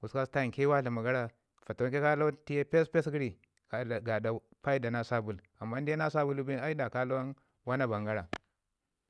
gusku kasau tamke wa tlama gara fatawan ke ka lawan tiyi pespes gəri gaɗa wana na sabil amman inde na sabil bi nin aida ka lawan wana ban gara.